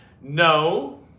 No